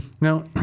now